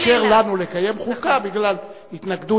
לא מאפשר לנו לקיים חוקה בגלל התנגדות